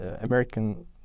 American